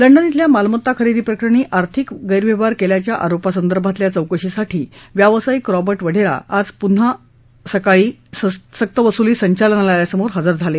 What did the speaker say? London िब्बल्या मालमत्ता खरेदी प्रकरणी आर्थिक गैरव्यवहार केल्याच्या आरोपा संदर्भातल्या चौकशीसाठी व्यावसायिक रॉबर्ट वधेरा आज पुन्हा सकाळी सक्त वसुली संचालनालयासमोर हजर झाले